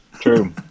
True